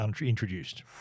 introduced